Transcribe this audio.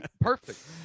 Perfect